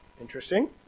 interesting